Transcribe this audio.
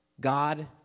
God